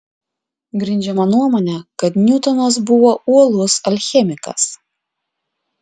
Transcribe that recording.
grindžiama nuomone kad niutonas buvo uolus alchemikas